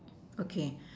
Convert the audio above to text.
okay